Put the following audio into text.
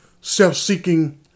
self-seeking